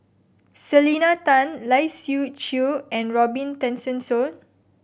Selena Tan Lai Siu Chiu and Robin Tessensohn